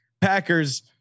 Packers